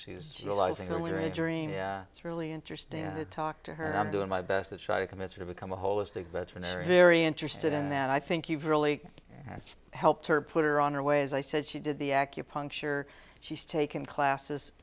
dream it's really interesting to talk to her and i'm doing my best to try to commiserate become a holistic veterinary very interested in that i think you've really helped her put her on her way as i said she did the acupuncture she's taken classes